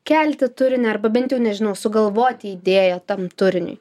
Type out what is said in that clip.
kelti turinį arba bent jau nežinau sugalvoti idėją tam turiniui